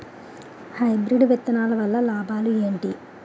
Hybrid విత్తనాలు వల్ల లాభాలు ఏంటి?